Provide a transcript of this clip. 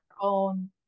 own